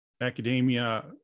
academia